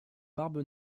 barbe